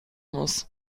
muss